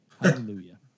Hallelujah